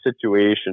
situation